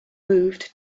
moved